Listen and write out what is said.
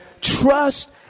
Trust